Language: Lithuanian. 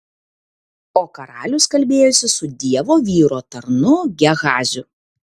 o karalius kalbėjosi su dievo vyro tarnu gehaziu